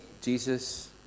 Jesus